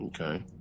Okay